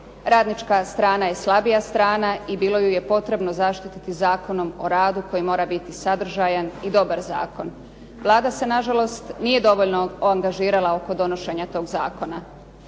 radnička strana je slabija strana i bilo ju je potrebno zaštititi Zakonom o radu koji mora biti sadržajan i dobar zakon. Vlada se na žalost nije dovoljno angažirala oko donošenja tog zakona.